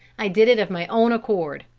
i did it of my own accord